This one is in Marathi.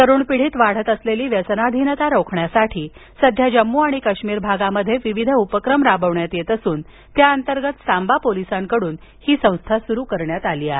तरुण पिढीत वाढत असलेली व्यसनाधीनता रोखण्यासाठी सध्या जम्मू आणि काश्मीर भागात विविध उपक्रम राबविण्यात येत असून त्याअंतर्गत सांबा पोलिसांकडून ही संस्था सुरु करण्यात आली आहे